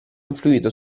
influito